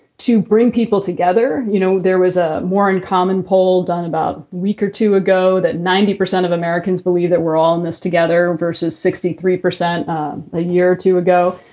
to bring people together. you know, there was a more in common poll done about rieker or two ago that ninety percent of americans believe that we're all in this together versus sixty three percent a year or two ago.